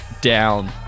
down